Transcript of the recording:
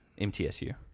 MTSU